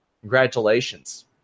Congratulations